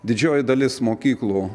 didžioji dalis mokyklų